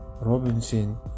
Robinson